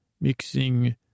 mixing